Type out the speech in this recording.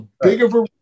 bigger